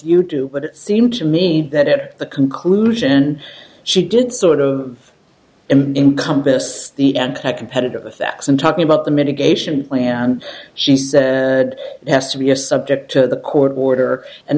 you do but it seemed to me that at the conclusion she did sort of incumbents the anti competitive the facts and talking about the mitigation plan she said it has to be a subject to the court order and